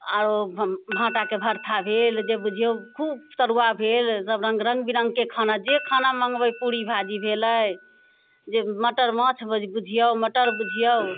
आरो भान्टाके भर्ता भेल जे बुझियौ खूब तरुआ भेल सब रङ्ग रङ्ग बिरङ्गके खाना जे खाना मँगबै पूरी भाजी भेलै जे मटर माछ बुझियौ मटर बुझियौ